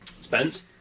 spence